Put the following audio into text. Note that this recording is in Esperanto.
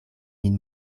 min